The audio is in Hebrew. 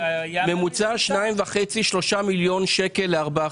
והממוצע לדירה של ארבעה חדרים הוא שניים וחצי-שלושה מיליון שקל.